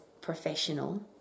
professional